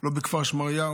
לא בכפר שמריהו,